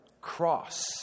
cross